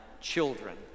children